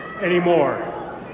anymore